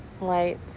light